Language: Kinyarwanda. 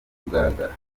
kugaragara